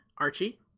Archie